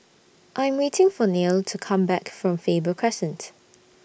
I'm waiting For Neil to Come Back from Faber Crescent